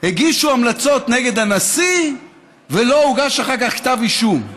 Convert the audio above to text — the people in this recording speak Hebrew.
הגישו המלצות נגד הנשיא ולא הוגש אחר כך כתב אישום.